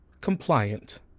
compliant